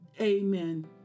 amen